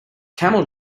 camel